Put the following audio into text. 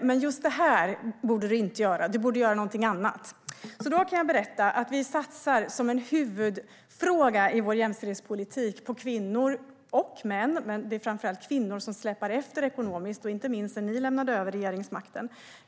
men just det här borde man inte göra utan något annat. Vi satsar som en huvudfråga i vår jämställdhetspolitik på kvinnor och män. Det är framför allt kvinnor som släpar efter ekonomiskt, inte minst sedan ni lämnade över regeringsmakten.